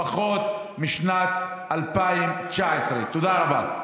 פחות משנת 2019. תודה רבה.